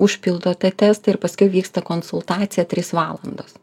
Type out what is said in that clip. užpildo tą testą ir paskui vyksta konsultacija trys valandos